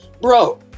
bro